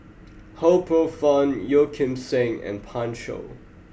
Ho Poh Fun Yeo Kim Seng and Pan Shou